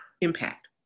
impact